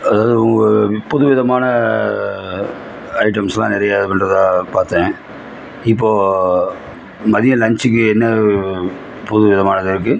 அதாவது உங்கள் முப்பது விதமான ஐட்டம்ஸெலாம் நிறைய பண்ணறதா பார்த்தேன் இப்போது மதியம் லன்ஞ்ச்சுக்கு என்ன புது விதமாக என்ன இருக்குது